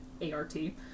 A-R-T